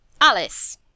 alice